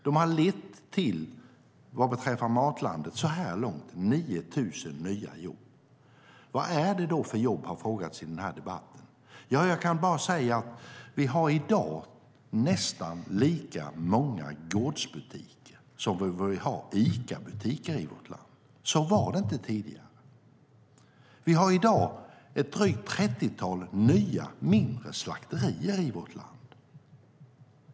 Vad beträffar Matlandet Sverige har satsningarna så här långt lett till 9 000 nya jobb. Vad är det för jobb, har det frågats i debatten. Det finns i dag nästan lika många gårdsbutiker som det finns Icabutiker i vårt land. Så var det inte tidigare. Det finns i dag drygt 30 nya mindre slakterier i vårt land.